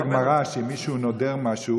יש בגמרא שאם מישהו נודר משהו,